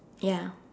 ya